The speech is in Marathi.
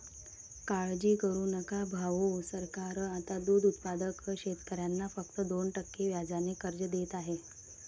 काळजी करू नका भाऊ, सरकार आता दूध उत्पादक शेतकऱ्यांना फक्त दोन टक्के व्याजाने कर्ज देत आहे